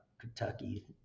Kentucky